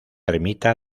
ermita